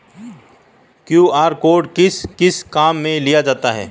QR code किस किस काम में लिया जाता है?